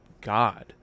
God